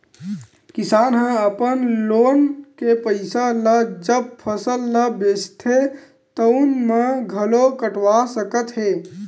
किसान ह अपन लोन के पइसा ल जब फसल ल बेचथे तउने म घलो कटवा सकत हे